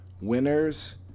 Winners